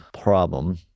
problem